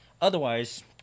Otherwise